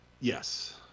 Yes